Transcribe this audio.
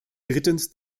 drittens